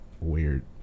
weird